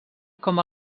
com